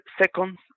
seconds